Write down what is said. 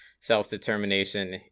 self-determination